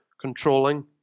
controlling